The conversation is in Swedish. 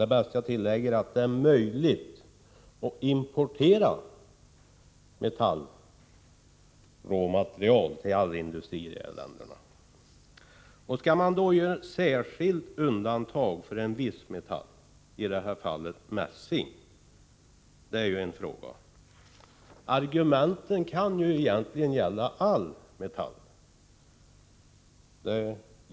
Det är bäst att jag tillägger att det är möjligt att importera metallråmaterial till all industri i dessa länder. Skall man då göra ett särskilt undantag för en viss metall, i detta fall mässing? Argumenten kan ju egentligen gälla all metall.